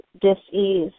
dis-ease